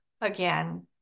again